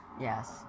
Yes